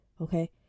okay